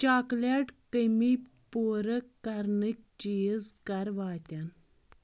chocolate کٔمی پوٗرٕ کرنٕکۍ چیٖز کَر واتن